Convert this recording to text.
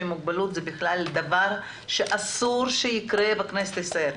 עם מוגבלות זה בכלל דבר שאסור שיקרה בכנסת ישראל,